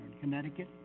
Connecticut